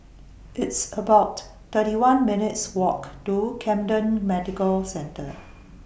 It's about thirty one minutes' Walk to Camden Medical Centre